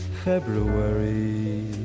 February